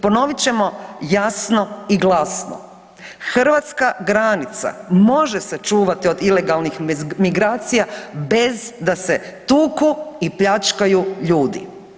Ponovit ćemo jasno i glasno, hrvatska granica može se čuvati od ilegalnih migracija bez da se tuku i pljačkaju ljudi.